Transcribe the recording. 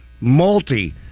multi